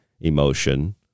emotion